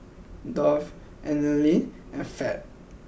Dove Anlene and Fab